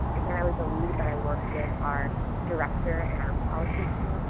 again, i was the lead, but i worked with our director and our policy team,